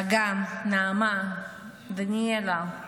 אגם, נעמה, דניאלה.